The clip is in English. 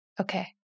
Okay